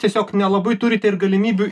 tiesiog nelabai turit ir galimybių